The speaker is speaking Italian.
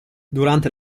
durante